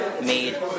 made